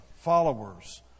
followers